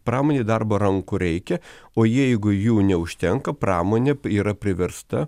pramonei darbo rankų reikia o jeigu jų neužtenka pramonė yra priversta